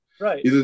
Right